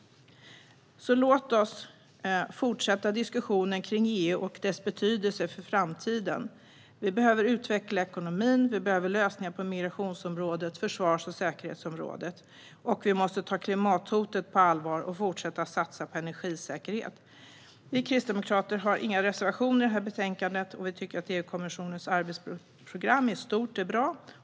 Så låt oss fortsätta diskussionen om EU och dess betydelse för framtiden. Vi behöver utveckla ekonomin. Vi behöver lösningar på migrationsområdet och på försvars och säkerhetsområdet. Vi måste ta klimathotet på allvar och fortsätta satsa på energisäkerhet. Vi kristdemokrater har inga reservationer i det här betänkandet. Vi tycker att EU-kommissionens arbetsprogram i stort är bra.